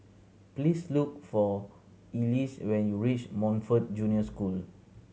please look for Elease when you reach Montfort Junior School